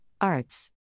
Arts